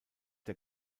der